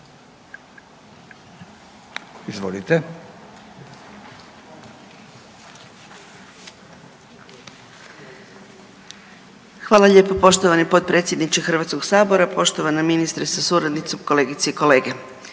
(GLAS)** Hvala lijepo poštovani potpredsjedniče Hrvatskoga sabora. Poštovana ministrice sa suradnicom, kolegice i kolege.